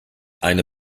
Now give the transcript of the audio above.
eine